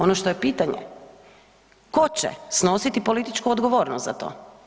Ono što je pitanje tko će snositi političku odgovornost za to?